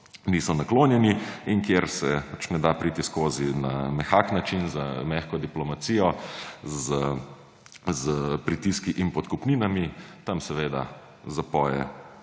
niso naklonjeni in kjer se ne da priti skozi na mehak način, z mehko diplomacijo, s pritiski in podkupninami, tam seveda zapoje